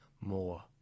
more